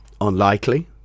unlikely